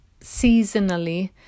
seasonally